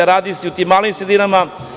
Radi se i u tim malim sredinama.